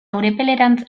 urepelerantz